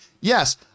Yes